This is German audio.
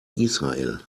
israel